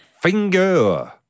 finger